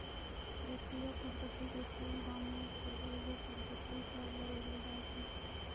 व्यक्तिगत संपत्ति के कुल दामो पे एगो संपत्ति कर लगैलो जाय छै